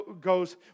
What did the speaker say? goes